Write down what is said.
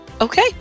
Okay